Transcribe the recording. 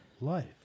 life